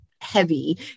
heavy